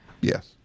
Yes